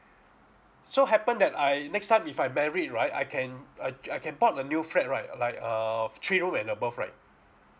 so happened that I next time if I married right I can uh I can bought a new flat right like err three room and above right